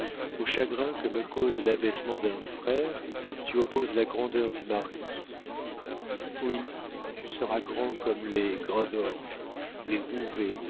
aux chagrins que me cause l'abaissement d'un frère tu opposes la grandeur du mari oui tu seras grand comme les graindorge les